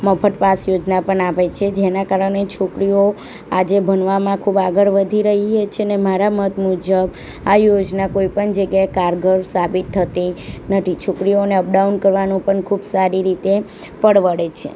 મફત પાસ યોજના પણ આપે છે જેના કારણે છોકરીઓ આજે ભણવામાં ખૂબ આગળ વધી રહી છે અને મારા મત મુજબ આ યોજના કોઈ પણ જગ્યાએ કારગર સાબિત થતી નથી છોકરીઓને અપડાઉન કરવાનું પણ ખૂબ સારી રીતે પરવડે છે